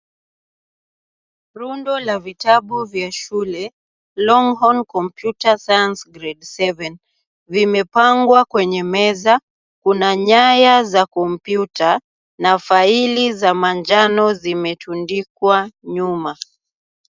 Rundo la vitabu vya shule Longhorn Computer Science grade 7 vimepangwa kwenye meza. Kuna nyaya za kompyuta na faili za manjano zimetundikwa nyuma.